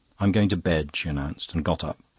i'm going to bed, she announced, and got up.